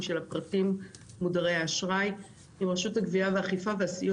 של הפרטיים מודרי האשראי עם רשות האכיפה והגבייה והסיוע